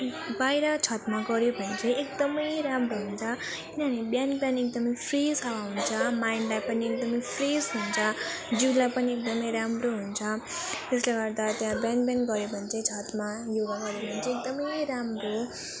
बाहिर छतमा गऱ्यो भने चाहिँ एकदम राम्रो हुन्छ किनभने बिहान बिहान एकदम फ्रेस हावा हुन्छ माइन्डलाई पनि एकदम फ्रेस हुन्छ जिउलाई पनि एकदम राम्रो हुन्छ त्यसले गर्दा त्यहाँ बिहान बिहान गऱ्यो भने चाहिँ छतमा योगा गर्यो भने चाहिँ एकदम राम्रो